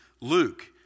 Luke